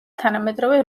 თანამედროვე